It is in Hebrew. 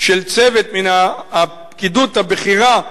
של צוות מן הפקידות הבכירה,